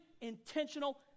intentional